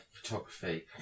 photography